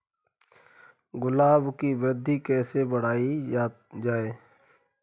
गुलाब की वृद्धि कैसे बढ़ाई जाए?